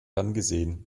ferngesehen